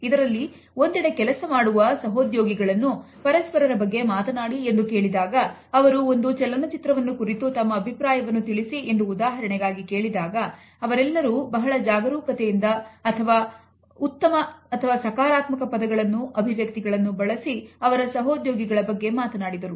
ಇದರಲ್ಲಿ ಒಂದೆಡೆ ಕೆಲಸ ಮಾಡುವ ಸಹೋದ್ಯೋಗಿಗಳನ್ನು ಪರಸ್ಪರರ ಬಗ್ಗೆ ಮಾತನಾಡಿ ಎಂದು ಕೇಳಿದಾಗ ಅಥವಾ ಒಂದು ಚಲನಚಿತ್ರವನ್ನು ಕುರಿತು ತಮ್ಮ ಅಭಿಪ್ರಾಯವನ್ನು ತಿಳಿಸಿ ಎಂದು ಉದಾಹರಣೆಗಾಗಿ ಕೇಳಿದಾಗ ಅವರೆಲ್ಲರೂ ಬಹಳ ಜಾಗರೂಕತೆಯಿಂದ ಉತ್ತಮ ಅಥವಾ ಸಕಾರಾತ್ಮಕ ಪದಗಳನ್ನು ಅಭಿವ್ಯಕ್ತಿಗಳನ್ನು ಬಳಸಿ ಅವರ ಸಹೋದ್ಯೋಗಿಗಳ ಬಗ್ಗೆ ಮಾತನಾಡಿದರು